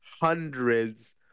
hundreds